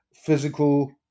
physical